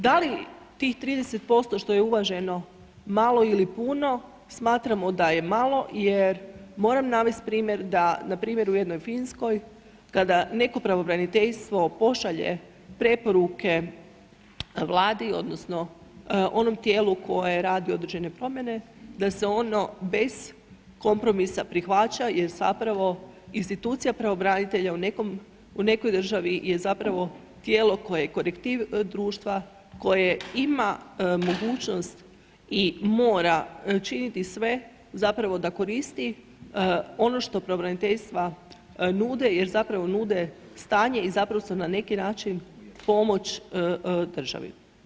Da li tih 30% što je uvaženo, malo ili puno, smatramo da je malo jer moram navesti primjer da npr. u jednoj Finskoj kada neko pravobraniteljstvo pošalje preporuke vladi odnosno onom tijelu koje radi određene promjene da se ono bez kompromisa prihvaća jer zapravo institucija pravobranitelja u nekoj državi je zapravo tijelo koje je korektiv društva koje ima mogućnost i mora činiti sve zapravo da koristi ono što pravobraniteljstva nude, jer zapravo nude stanje i zapravo su na neki način pomoć državi.